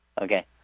Okay